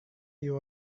you